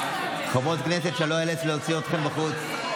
חברות הכנסת, שלא איאלץ להוציא אתכן החוצה.